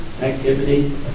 activity